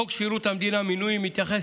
חוק שירות המדינה (מינויים) מתייחס